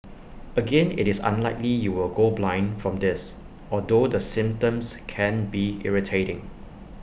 again IT is unlikely you will go blind from this although the symptoms can be irritating